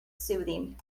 soothing